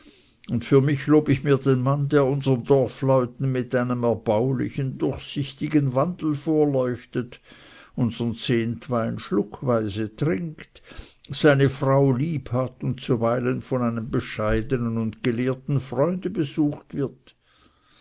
gemacht für mich lob ich mir den mann der unsern dorfleuten mit einem erbaulichen durchsichtigen wandel vorleuchtet unsern zehntwein schluckweise trinkt seine frau liebhat und zuweilen von einem bescheidenen und gelehrten freunde besucht wird